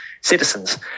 citizens